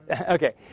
okay